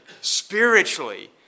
spiritually